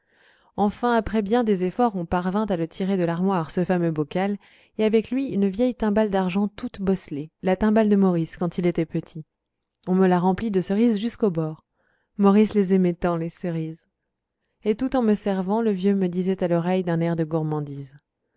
enfin après bien des efforts on parvint à le tirer de l'armoire ce fameux bocal et avec lui une vieille timbale d'argent toute bosselée la timbale de maurice quand il était petit on me la remplit de cerises jusqu'au bord maurice les aimait tant les cerises et tout en me servant le vieux me disait à l'oreille d'un air de gourmandise